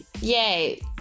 Yay